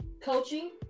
coaching